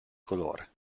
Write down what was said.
colore